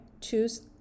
choose